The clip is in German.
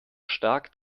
stark